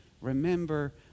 Remember